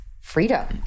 freedom